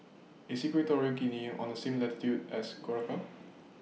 IS Equatorial Guinea on The same latitude as Curacao